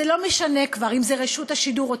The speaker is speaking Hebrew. זה לא משנה כבר אם זה רשות השידור או